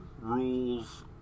rules